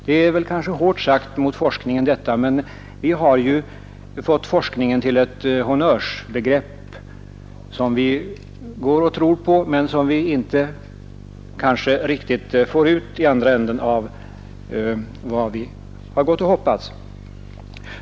Det är kanske hårt sagt om forskningen, men vi har ju gjort forskningen till ett honnörsbegrepp som vi går och tror på men av vilken vi kanske inte riktigt får ut vad vi har hoppats.